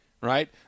right